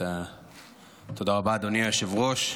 תודה רבה, אדוני היושב-ראש.